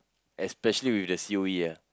especially with the C_O_E ah